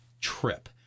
trip